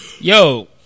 yo